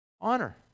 honor